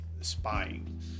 spying